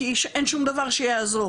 כי אין שום דבר שיעזור.